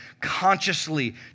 consciously